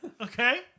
Okay